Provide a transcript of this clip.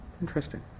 Interesting